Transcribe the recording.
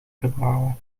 gebrouwen